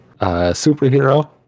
superhero